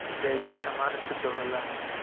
जैविक समान शुद्ध होला